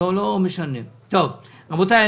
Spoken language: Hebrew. רבותיי,